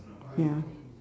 ya